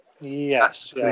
Yes